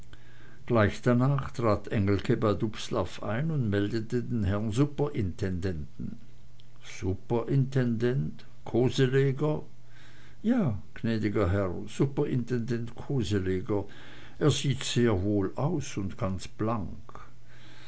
gleich danach trat engelke bei dubslav ein und meldete den herrn superintendenten superintendent koseleger ja gnäd'ger herr superintendent koseleger er sieht sehr wohl aus und ganz blank